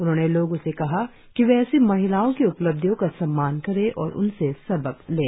उन्होंने लोगों से कहा कि वे ऐसी महिलाओं की उपलब्धियों का सम्मान करें और उनसे सबक लें